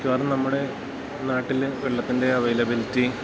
മിക്കവാറും നമ്മുടെ നാട്ടിൽ വെള്ളത്തിൻ്റെ അവൈലബിലിറ്റി